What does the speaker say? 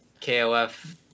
KOF